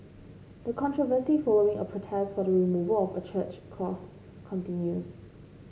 the controversy following a protest for the removal of a church cross continues